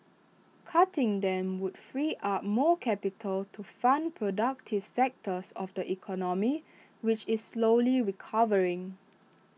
cutting them would free up more capital to fund productive sectors of the economy which is slowly recovering